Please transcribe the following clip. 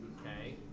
Okay